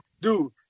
Dude